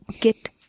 Get